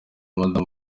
madamu